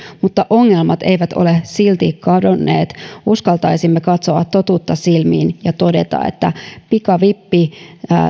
mutta ongelmat eivät ole silti kadonneet uskaltaisimme katsoa totuutta silmiin ja todeta että pikavippi